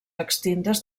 extintes